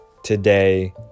today